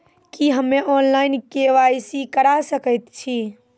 की हम्मे online, KYC करा सकैत छी?